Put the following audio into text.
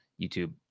YouTube